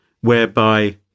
whereby